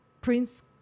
Prince